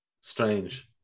Strange